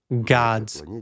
gods